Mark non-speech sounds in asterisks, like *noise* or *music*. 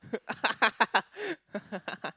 *laughs*